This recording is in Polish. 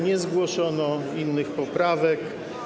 Nie zgłoszono innych poprawek.